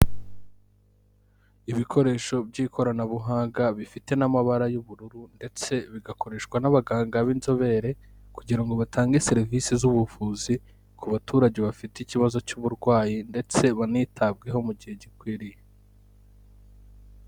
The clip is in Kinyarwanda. Ibikoresho by'ikoranabuhanga, bifite n'amabara y'ubururu ndetse bigakoreshwa n'abaganga b'inzobere kugira ngo batange serivisi z'ubuvuzi ku baturage bafite ikibazo cy'uburwayi ndetse banitabweho mu gihe gikwiriye.